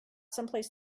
someplace